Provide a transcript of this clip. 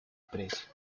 precio